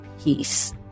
peace